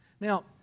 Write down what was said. Now